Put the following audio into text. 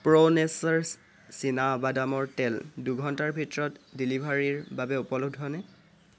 প্ৰ' Nature's চীনাবাদামৰ তেল দুঘণ্টাৰ ভিতৰত ডেলিভাৰীৰ বাবে উপলব্ধনে